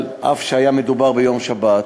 אף שהיה מדובר בשבת,